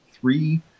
three